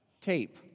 Tape